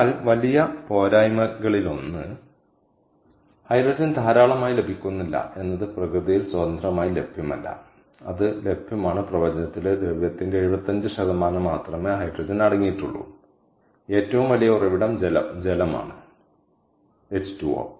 എന്നാൽ വലിയ പോരായ്മകളിലൊന്ന് ഹൈഡ്രജൻ ധാരാളമായി ലഭിക്കുന്നില്ല എന്നത് പ്രകൃതിയിൽ സ്വതന്ത്രമായി ലഭ്യമല്ല അത് ലഭ്യമാണ് പ്രപഞ്ചത്തിലെ ദ്രവ്യത്തിന്റെ 75 മാത്രമേ ഹൈഡ്രജൻ അടങ്ങിയിട്ടുള്ളൂ ഏറ്റവും വലിയ ഉറവിടം ജലമാണ് വെള്ളം H2O ആണ്